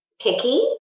picky